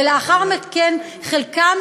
ולאחר מכן חלקם,